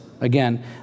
again